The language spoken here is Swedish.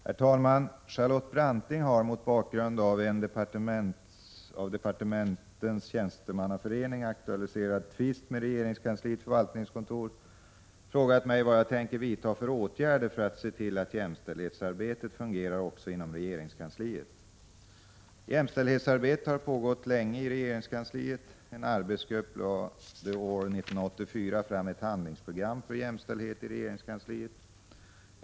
Herr talman! Charlotte Branting har — mot bakgrund av en av Departementens tjänstemannaförening aktualiserad tvist med regeringskansliets förvaltningskontor — frågat mig vad jag tänker vidta för åtgärder för att se till att jämställdhetsarbetet fungerar också inom regeringskansliet. Jämställdhetsarbete har pågått länge i regeringskansliet. En arbetsgrupp lade år 1984 fram ett handlingsprogram för jämställdhet i regeringskansliet.